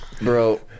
Bro